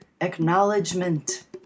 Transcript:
acknowledgement